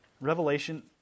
Revelation